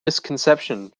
misconception